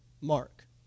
Mark